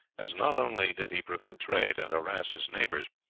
as not only did he prevent trade and harass his neighbors,